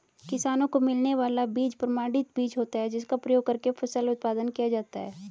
किसानों को मिलने वाला बीज प्रमाणित बीज होता है जिसका प्रयोग करके फसल उत्पादन किया जाता है